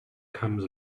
comes